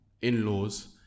in-laws